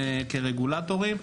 כרגולטורים.